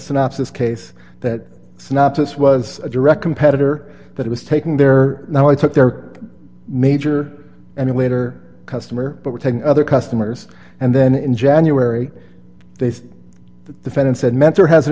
synopsis case that it's not this was a direct competitor that was taking their now i took their major and later customer but were taking other customers and then in january they said the fed and said mentor has an